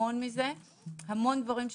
המון דברים,